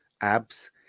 abs